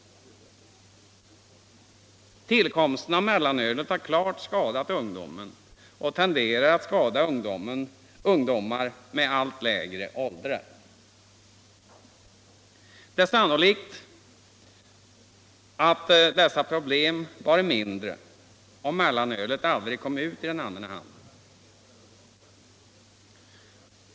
Tillkomsten av mellanölet har klart skadat ungdomen och tenderat att skada unga i allt lägre ålder. Det är sannolikt att dessa problem varit mindre om mellanölet aldrig kommit ut i den allmänna handeln.